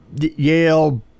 Yale